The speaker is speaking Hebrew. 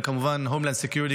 וכמובן Homeland Security,